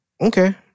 Okay